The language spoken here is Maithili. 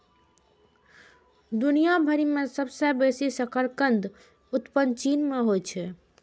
दुनिया भरि मे सबसं बेसी शकरकंदक उत्पादन चीन मे होइ छै